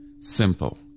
Simple